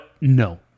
no